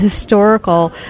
historical